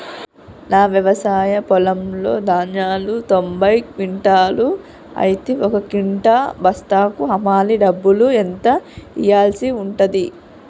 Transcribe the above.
నా వ్యవసాయ పొలంలో ధాన్యాలు తొంభై క్వింటాలు అయితే ఒక క్వింటా బస్తాకు హమాలీ డబ్బులు ఎంత ఇయ్యాల్సి ఉంటది?